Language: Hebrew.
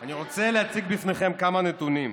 אני רוצה להציג בפניכם כמה נתונים: